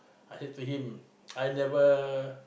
I said to him I never